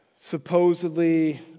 supposedly